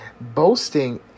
boasting